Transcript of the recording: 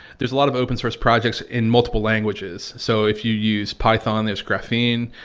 there's a lot of open source projects in multiple languages. so if you use python it's graphene.